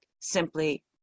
simply